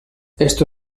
esto